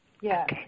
Yes